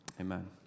Amen